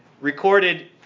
recorded